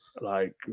Like-